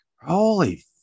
holy